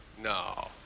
No